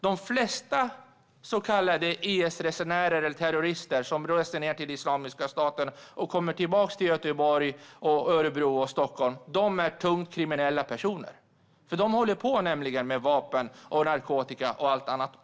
De flesta så kallade IS-resenärer, eller terrorister, som reser ned till Islamiska staten och kommer tillbaka till Göteborg, Örebro och Stockholm är tungt kriminella personer. De håller också på med vapen, narkotika och allt annat.